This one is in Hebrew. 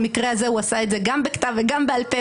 במקרה הזה הוא עשה את זה גם בכתב וגם בעל פה,